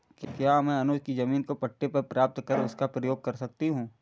क्या मैं अनुज के जमीन को पट्टे पर प्राप्त कर उसका प्रयोग कर सकती हूं?